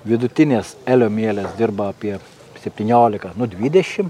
vidutinės elio mielės dirba apie septyniolika nu dvidešimt